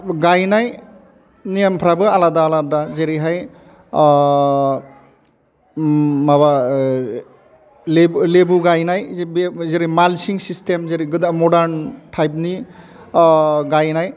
गायनाय नेमफ्राबो आलादा आलादा जेरैहाय माबा लेबु गायनाय बे जेरै मालसिं सिसटेम जेरै गोदान मडार्न टाइपनि गायनाय